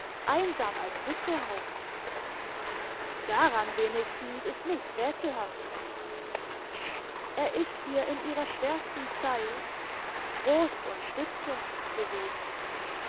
einsam als witwe haust daran wenigstens ist nichts rätselhaftes er ist ihr in ihrer schwersten zeit trost und stütze gewesen